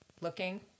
looking